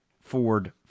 Ford